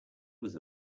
was